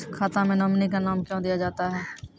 खाता मे नोमिनी का नाम क्यो दिया जाता हैं?